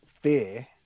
fear